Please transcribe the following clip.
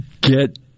get